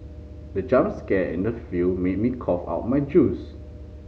the jump scare in the film made me cough out my juice